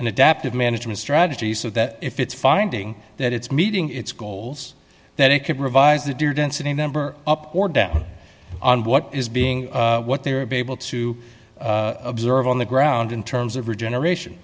an adaptive management strategy so that if it's finding that it's meeting its goals that it could revise the deer density number up or down on what is being what they are to observe on the ground in terms of regeneration